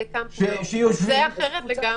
זה אחרת לגמרי.